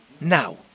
Now